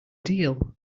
deal